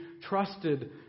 trusted